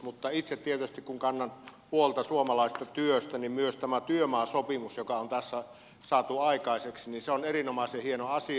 mutta kun itse tietysti kannan huolta suomalaisesta työstä niin myös tämä työmaasopimus joka on tässä saatu aikaiseksi on erinomaisen hieno asia